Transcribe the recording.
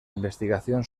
investigación